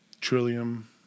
Trillium